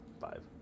five